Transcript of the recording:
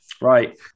Right